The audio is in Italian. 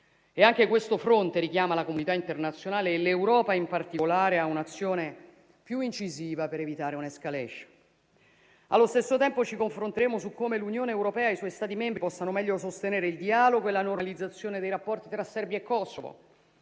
Anche questo fronte richiama la comunità internazionale e l'Europa in particolare a un'azione più incisiva per evitare un'*escalation*. Allo stesso tempo, ci confronteremo su come l'Unione europea e i suoi Stati membri possano meglio sostenere il dialogo e la normalizzazione dei rapporti tra Serbia e Kosovo,